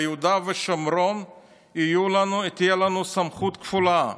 ביהודה ושומרון תהיה לנו סמכות כפולה: